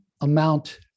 amount